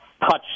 touch